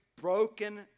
broken